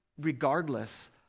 regardless